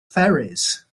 ferries